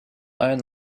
own